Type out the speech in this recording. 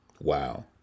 Wow